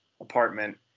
apartment